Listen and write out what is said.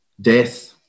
death